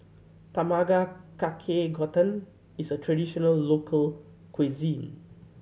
Tamago Kake gotan is a traditional local cuisine